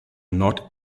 not